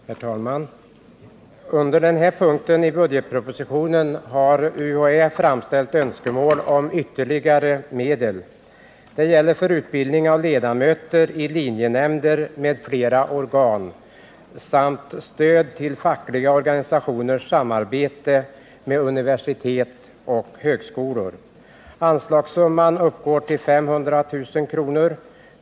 Herr talman! Under den här punkten i budgetpropositionen har UHÄ framställt önskemål om ytterligare medel. Det gäller för utbildning av ledamöter i linjenämnder m.fl. organ samt stöd till fackliga organisationers samarbete med universitet och högskolor. Anslagssumman uppgår till 500 000 kr.